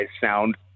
sound